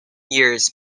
years